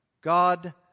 God